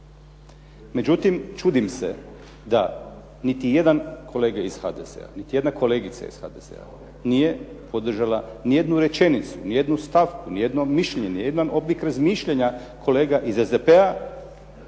Međutim, čudim se da niti jedan kolega iz HDZ-a, niti jedna kolegica iz HDZ-a nije podržala niti jednu rečenicu, niti jednu stavku, niti jedno mišljenje, niti jedan oblik razmišljanja kolega iz SDP-a